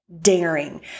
daring